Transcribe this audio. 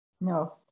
No